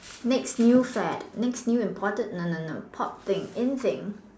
next new fad next new important no no no pop thing in thing